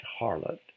harlot